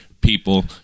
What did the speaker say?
people